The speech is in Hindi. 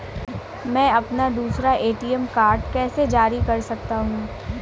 मैं अपना दूसरा ए.टी.एम कार्ड कैसे जारी कर सकता हूँ?